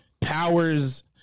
powers